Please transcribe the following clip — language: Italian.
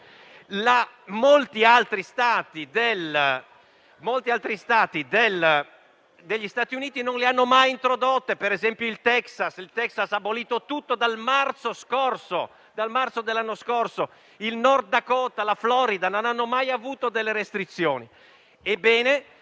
molti altri Stati non le hanno mai introdotte. Il Texas ha abolito tutto dal marzo dell'anno scorso; il North Dakota e la Florida non hanno mai avuto delle restrizioni.